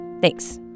Thanks